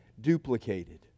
duplicated